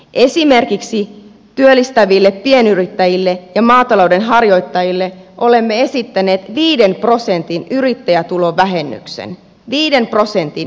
esimerkiksi työllistäville pienyrittäjille ja maatalouden harjoittajille olemme esittäneet viiden prosentin yrittäjätulovähennystä